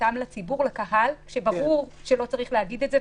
שפתיחתם לציבור, לקהל, ברור שלא צריך להגיד את זה.